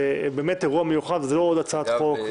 זה באמת אירוע מיוחד ולא עוד הצעת חוק.